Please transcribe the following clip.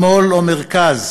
שמאל או מרכז.